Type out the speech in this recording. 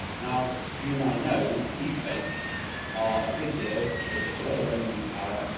now you and i know deep fakes are a big deal. they take a lot of rendering power.